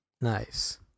nice